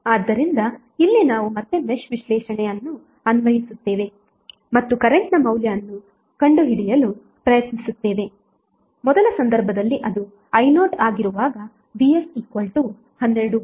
ಆದ್ದರಿಂದ ಇಲ್ಲಿ ನಾವು ಮತ್ತೆ ಮೆಶ್ ವಿಶ್ಲೇಷಣೆ ಅನ್ನು ಅನ್ವಯಿಸುತ್ತೇವೆ ಮತ್ತು ಕರೆಂಟ್ನ ಮೌಲ್ಯ ಅನ್ನು ಕಂಡುಹಿಡಿಯಲು ಪ್ರಯತ್ನಿಸುತ್ತೇವೆ ಮೊದಲ ಸಂದರ್ಭದಲ್ಲಿ ಅದು I0ಆಗಿರುವಾಗ vs 12 ವೋಲ್ಟ್